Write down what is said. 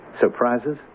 Surprises